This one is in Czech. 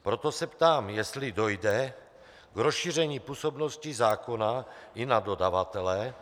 Proto se ptám, jestli dojde k rozšíření působnosti zákona i na dodavatele.